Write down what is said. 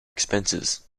expenses